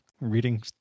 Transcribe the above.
reading